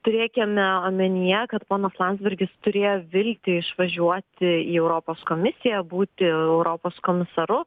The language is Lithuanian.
turėkime omenyje kad ponas landsbergis turėjo viltį išvažiuoti į europos komisiją būti europos komisaru